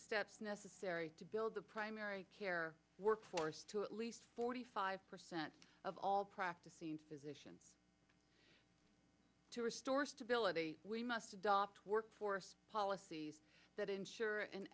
steps necessary to build the primary care workforce to at least forty five percent of all practicing physician to restore stability we must adopt workforce policies that ensure an